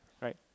right